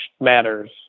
matters